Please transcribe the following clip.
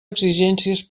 exigències